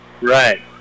Right